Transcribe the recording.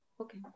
Okay